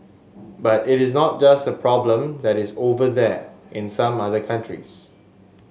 but it is not just a problem that is over there in some other countries